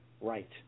Right